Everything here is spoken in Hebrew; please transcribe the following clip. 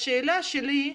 השאלה שלי היא